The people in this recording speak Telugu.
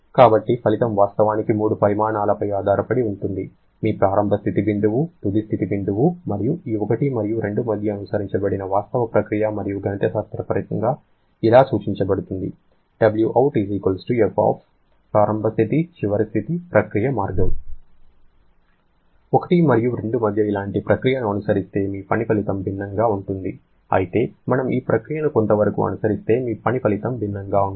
కాబట్టి ఫలితం వాస్తవానికి మూడు పరిమాణాలపై ఆధారపడి ఉంటుంది మీ ప్రారంభ స్థితి బిందువు తుది స్థితి బిందువు మరియు ఈ 1 మరియు 2 మధ్య అనుసరించబడిన వాస్తవ ప్రక్రియ మరియు గణితశాస్త్రపరంగా ఇలా సూచించబడుతుంది Wout f ప్రారంభ స్థితి చివరి స్థితి ప్రక్రియ మార్గం 1 మరియు 2 మధ్య ఇలాంటి ప్రక్రియను అనుసరిస్తే మీ పని ఫలితం భిన్నంగా ఉంటుంది అయితే మనము ఈ ప్రక్రియను కొంతవరకు అనుసరిస్తే మీ పని ఫలితం భిన్నంగా ఉంటుంది